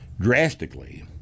drastically